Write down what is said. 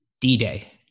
D-Day